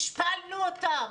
השפלנו אותם.